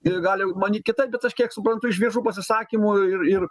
ji gali manyt kitaip bet aš kiek suprantu iš viešų pasisakymų ir ir